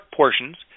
portions